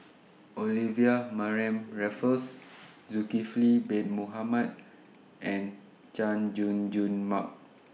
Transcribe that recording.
Olivia Mariamne Raffles Zulkifli Bin Mohamed and Chay Jung Jun Mark